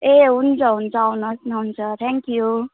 ए हुन्छ हुन्छ आउनुहोस् न हुन्छ थ्याङ्क यू